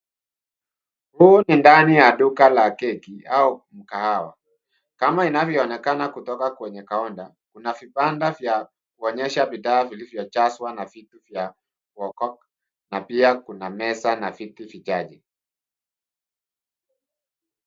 Huu ni ndani ya duka la keki au mkahawa , kama inavyoonekana kutoka kwenye kaunta. Kuna vibanda vya kuonyesha vifaa vilivyojazwa na vitu vya kuoka na pia kuna meza na viti vichache.